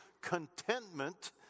contentment